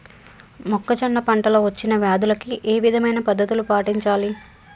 మొక్కజొన్న పంట లో వచ్చిన వ్యాధులకి ఏ విధమైన పద్ధతులు పాటించాలి?